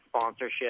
sponsorship